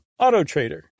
AutoTrader